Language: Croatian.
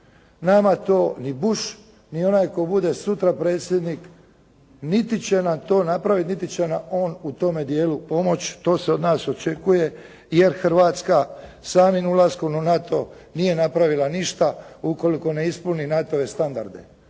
Nama to ni Bush ni onaj tko bude sutra predsjednik, niti će nam to napraviti, niti će nam on u tome dijelu pomoći, to se od nas očekuje jer Hrvatska samim ulaskom u NATO nije napravila ništa ukoliko ne ispuni NATO-ove standarde,